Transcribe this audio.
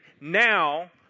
Now